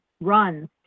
runs